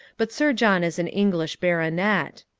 but sir john is an english baronet.